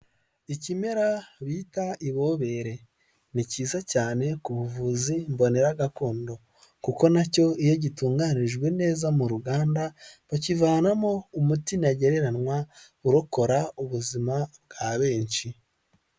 Ikimera bita ibobere; ni cyiza cyane ku buvuzi mbonera gakondo, kuko na cyo iyo gitunganirijwe neza mu ruganda, bakivanamo umuti ntagereranywa urokora ubuzima bwa benshi.